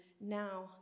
now